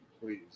Please